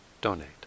donate